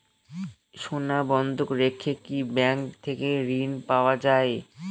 সোনা বন্ধক রেখে কি ব্যাংক থেকে ঋণ পাওয়া য়ায়?